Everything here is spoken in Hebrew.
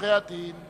(הרכב ועדת המינויים),